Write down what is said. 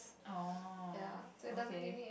orh okay